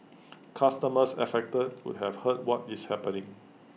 customers affected would have heard what is happening